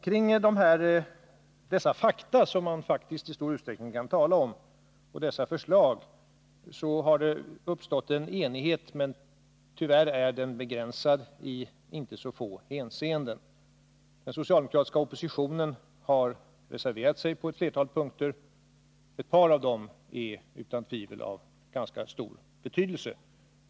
Kring dessa fakta, och kring dessa förslag har uppstått en enighet, men tyvärr är denna begränsad i inte så få hänseenden. Den socialdemokratiska oppositionen har reserverat sig på ett flertal punkter. Ett par av reservationerna är utan tvivel av ganska stor betydelse.